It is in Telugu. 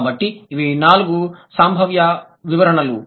కాబట్టి ఇవి నాలుగు సంభావ్య వివరణలు